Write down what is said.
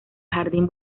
jardín